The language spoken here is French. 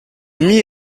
m’y